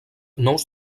nous